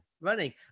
running